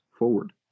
Forward